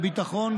ביטחון,